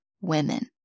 women